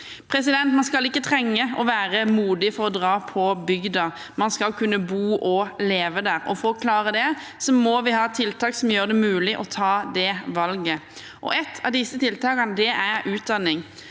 tilbake.» Man skal ikke trenge å være modig for å dra på bygda, man skal kunne bo og leve der. For å klare det må vi ha tiltak som gjør det mulig å ta det valget. Et av disse tiltakene er utdanning.